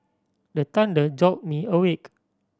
the thunder jolt me awake